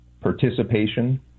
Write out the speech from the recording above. participation